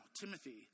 Timothy